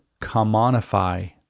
commonify